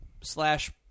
slash